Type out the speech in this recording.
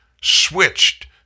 switched